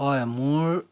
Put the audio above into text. হয় মোৰ